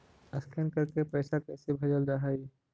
Scan करके पैसा कैसे भेजल जा हइ?